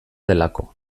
delako